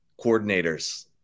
coordinators